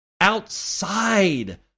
outside